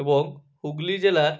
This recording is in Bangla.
এবং হুগলি জেলার